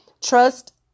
Trust